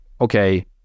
okay